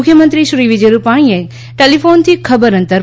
મુખ્યમંત્રી શ્રી વિજય રૂપાણીએ ટેલીફોનથી ખબર અંતર પુછયા